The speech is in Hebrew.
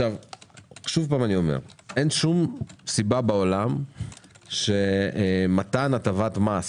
שוב אני אומר, אין שום סיבה בעולם שמתן הטבת מס,